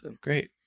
Great